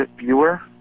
viewer